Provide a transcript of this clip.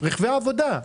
רכבי עבודה.